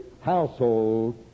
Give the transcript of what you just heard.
household